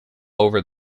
over